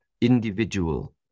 individual